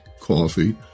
coffee